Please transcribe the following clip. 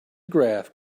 graph